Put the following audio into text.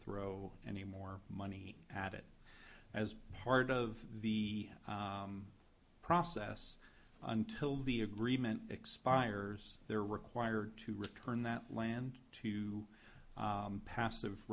throw any more money at it as part of the process until the agreement expires they're required to return that land to passive